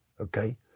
okay